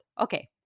Okay